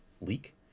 leak